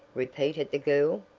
repeated the girl,